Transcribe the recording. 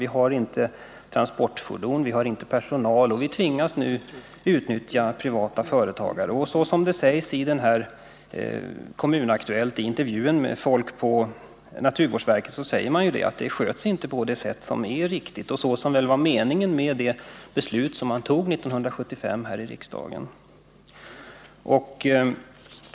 Vi har inte transportfordon, vi har inte personal, och vi tvingas att utnyttja privata företagare. I Kommun Aktuellt, som jag tidigare nämnde, sägs i en intervju med folk på naturvårdsverket att man tycker att det inte sköts på det sätt som är riktigt och som väl var meningen enligt det beslut som fattades 1975 här i riksdagen.